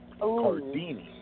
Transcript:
Cardini